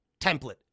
template